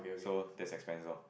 so that's expenses lor